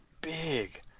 big